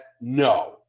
no